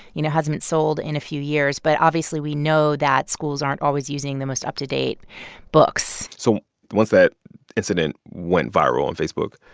you know, hasn't been sold in a few years. but obviously, we know that schools aren't always using the most up-to-date books so once that incident went viral on facebook,